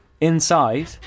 Inside